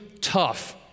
tough